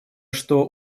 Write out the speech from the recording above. что